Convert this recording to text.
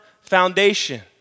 foundation